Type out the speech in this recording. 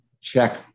check